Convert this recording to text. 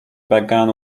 began